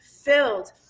filled